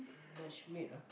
match made ah